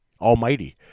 almighty